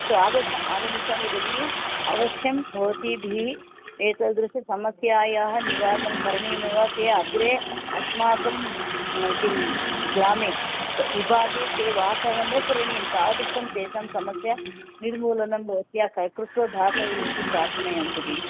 अस्तु आगश आगमिष्यामि भगिनि अवश्यं भवतीभिः एतादृश्यः समस्यायाः निवारणं करणीयमेव ते अग्रे अस्माकं किं ग्रामे विभागे ते वासः न करणीयं तादृशं तेषां समस्या निर्मूलनं भवत्या कृत्वा दातव्यम् इति प्रार्थनीयं भगिनि